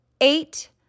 eight